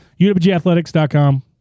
UWGathletics.com